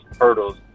hurdles